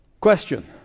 Question